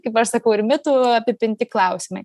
kaip aš sakau ir mitų apipinti klausimai